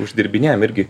uždirbinėjam irgi